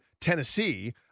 Tennessee